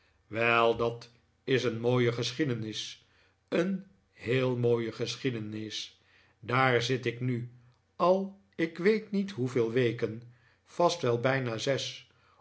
wel dat is een mooie geschiedenis een heel mooie geschiedenis daar zit ik nu al ik weet niet hoeveel weken vast wel bijna zes